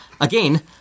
Again